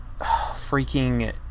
freaking